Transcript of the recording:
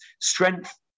strength